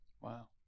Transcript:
wow